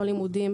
לא לימודים.